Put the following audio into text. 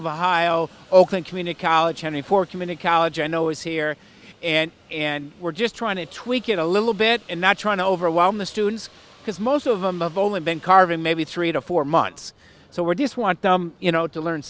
ohio oakland community college any poor human a college i know is here and and we're just trying to tweak it a little bit and not try to overwhelm the students because most of them of only been carving maybe three to four months so we're just want you know to learn